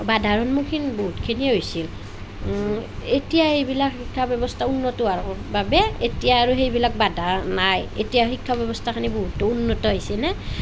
বাধাৰ সন্মুখীন বহুতখিনি হৈছিল এতিয়া এইবিলাক শিক্ষা ব্যৱস্থা উন্নত হোৱাৰ বাবে এতিয়া আৰু এইবিলাক বাধা নাই এতিয়া শিক্ষা ব্যৱস্থাখিনি উন্নত হৈছে নে